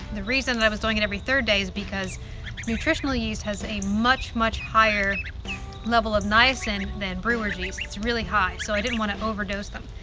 the reason i was doing it every third day is because nutritional yeast has a much much higher level of niacin than brewers yeast. it's really high so i didn't want to overdose them.